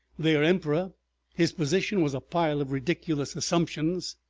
their emperor his position was a pile of ridiculous assumptions,